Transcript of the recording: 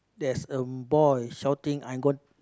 there's a boy shouting I'm